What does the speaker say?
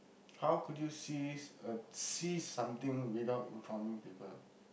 how could you cease a cease something without informing people